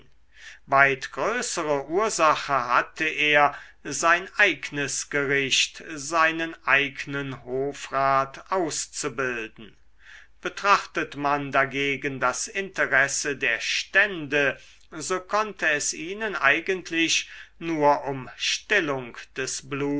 weit größere ursache hatte er sein eignes gericht seinen eignen hofrat auszubilden betrachtet man dagegen das interesse der stände so konnte es ihnen eigentlich nur um stillung des